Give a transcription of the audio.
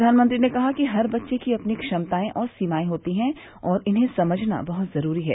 प्रधानमंत्री ने कहा कि हर बच्चे की अपनी क्षमताएं और सीमाएं होती हैं और इन्हें समझना बहुत जरूरी है